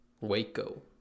Waco